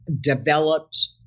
developed